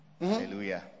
Hallelujah